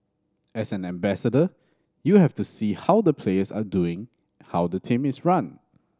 as an ambassador you have to see how the players are doing how the team is run